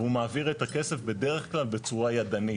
והוא מעביר את הכסף בדרך כלל בצורה ידנית.